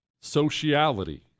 Sociality